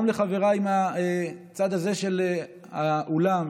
גם לחבריי מהצד הזה של האולם,